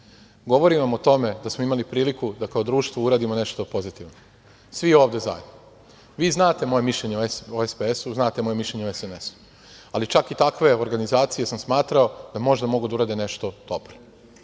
govorim vam o tome da smo imali priliku da kao društvo uradimo nešto pozitivno, svi ovde zajedno. Vi znate moje mišljenje o SPS, znate o SNS, ali čak i takve organizacije sam smatrao da možda mogu da urade nešto dobro.